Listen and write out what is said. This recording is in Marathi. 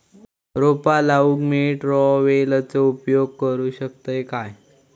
रोपा लाऊक मी ट्रावेलचो उपयोग करू शकतय काय?